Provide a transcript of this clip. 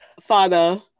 Father